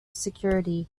security